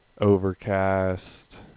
Overcast